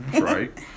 Right